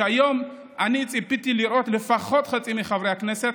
היום אני ציפיתי לראות לפחות חצי מחברי הכנסת,